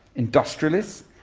industrialists,